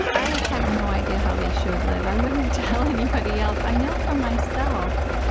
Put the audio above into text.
i have no idea how they should live. i wouldn't tell anybody else. i know for myself,